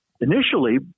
Initially